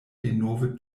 denove